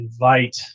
invite